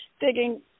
Digging